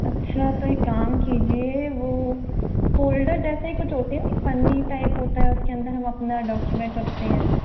अच्छा तो एक काम कीजिए वो फ़ोल्डर जैसा ही कुछ होते है ना पन्नी टाइप होता है उसके अंदर हम अपना डॉक्यूमेंट रखते है